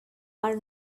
are